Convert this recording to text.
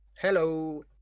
Hello